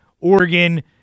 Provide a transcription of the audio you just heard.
Oregon